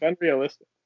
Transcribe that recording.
unrealistic